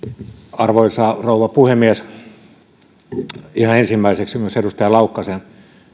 arvoisa rouva puhemies ihan ensimmäiseksi edustaja laukkasen